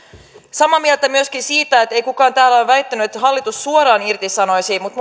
samaa mieltä olen myöskin siitä että ei kukaan täällä ole väittänyt että hallitus suoraan irtisanoisi mutta